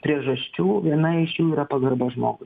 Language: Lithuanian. priežasčių viena iš jų yra pagarba žmogui